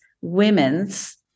women's